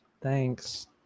Thanks